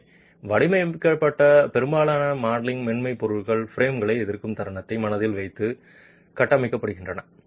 எனவே வடிவமைக்கப்பட்ட பெரும்பாலான மாடலிங் மென்பொருள்கள் பிரேம்களை எதிர்க்கும் தருணத்தை மனதில் வைத்து கட்டமைக்கப்படுகின்றன